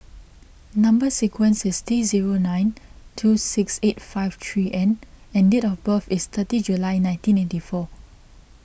Number Sequence is T zero nine two six eight five three N and date of birth is thirty July nineteen eighty four